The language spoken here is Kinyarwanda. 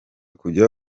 kujya